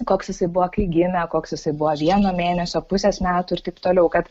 koks jisai buvo kai gimė koks jisai buvo vieno mėnesio pusės metų ir taip toliau kad